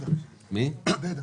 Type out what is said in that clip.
עודדה.